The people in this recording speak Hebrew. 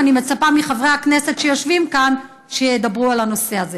ואני מצפה מחברי הכנסת שיושבים כאן שידברו על הנושא הזה.